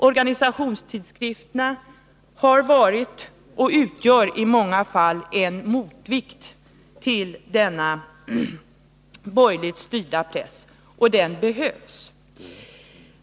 Organisationstidskrifterna har varit och utgör fortfarande i många fall en motvikt till denna borgerligt styrda press. Den motvikten behövs.